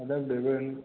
मतलब डेकोरेन के